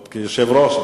כיושב-ראש,